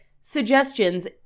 suggestions